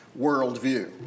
worldview